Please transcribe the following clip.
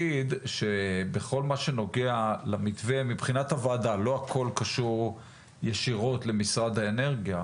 בכל הנוגע למתווה מבחינת הוועדה לא הכול קשור ישירות למשרד האנרגיה